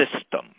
system